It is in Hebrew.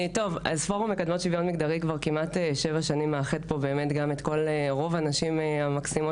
פורום מקדמות שוויון מגדרי כבר כמעט 7 שנים מאחד פה את רוב הנשים המקסימות